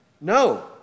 No